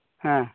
ᱦᱮᱸ